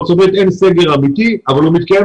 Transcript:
בארצות ברית אין סגר אמיתי אבל הוא מתקיים